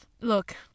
Look